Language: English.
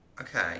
Okay